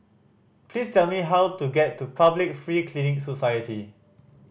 please tell me how to get to Public Free Clinic Society